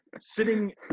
sitting